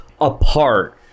apart